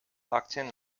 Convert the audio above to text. akten